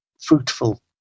fruitful